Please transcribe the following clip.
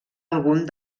algun